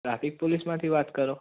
traffic પુલિસમાંથી વાત કરો